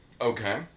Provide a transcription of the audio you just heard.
Okay